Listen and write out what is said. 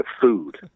food